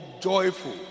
joyful